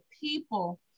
people